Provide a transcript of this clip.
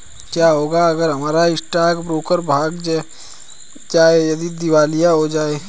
क्या होगा अगर हमारा स्टॉक ब्रोकर भाग जाए या दिवालिया हो जाये?